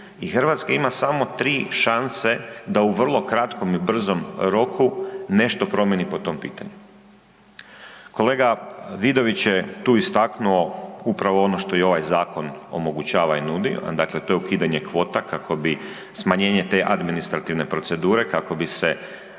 Hrvatska ima samo 3 šanse da u vrlo kratkom i brzom roku nešto promijeni po tom pitanju. Kolega Vidović je tu istaknuo upravo ono što i ovaj zakon omogućava i nudi, dakle to je ukidanje kvota kako bi smanjenje te administrativne procedure kako bi se